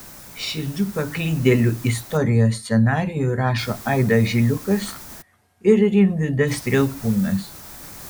širdžių paklydėlių istorijos scenarijų rašo aidas žiliukas ir rimvydas strielkūnas